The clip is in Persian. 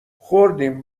خوردیم